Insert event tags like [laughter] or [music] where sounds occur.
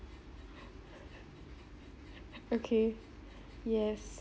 [laughs] okay yes